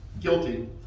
Guilty